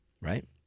Right